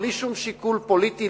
בלי שום שיקול פוליטי,